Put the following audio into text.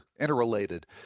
interrelated